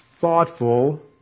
thoughtful